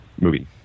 movie